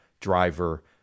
driver